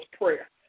prayer